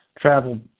travel